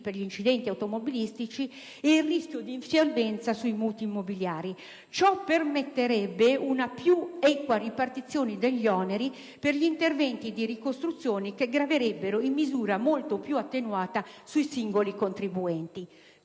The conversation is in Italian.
per gli incidenti automobilistici e il rischio di insolvenza sui mutui immobiliari. Ciò permetterebbe una più equa ripartizione degli oneri per gli interventi di ricostruzione, che graverebbero in misura molto più attenuata sui singoli contribuenti.